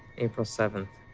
april seventh.